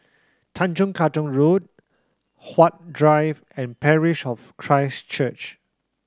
Tanjong Katong Road Huat Drive and Parish of Christ Church